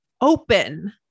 open